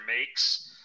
makes